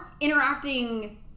interacting